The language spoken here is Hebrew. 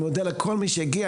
אני מודה לכל מי שהגיע,